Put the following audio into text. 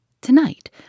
Tonight